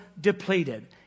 depleted